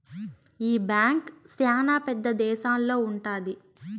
ఈ బ్యాంక్ శ్యానా పెద్ద దేశాల్లో ఉంటది